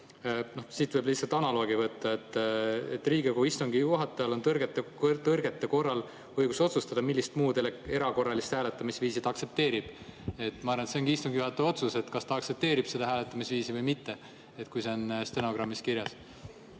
siit võib lihtsalt analoogi võtta –, et Riigikogu istungi juhatajal on tõrgete korral õigus otsustada, millist muud erakorralist hääletamisviisi ta aktsepteerib. Ma arvan, et see ongi istungi juhataja otsus, kas ta aktsepteerib seda hääletamisviisi või mitte, kui see on stenogrammis kirjas.